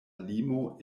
limo